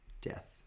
death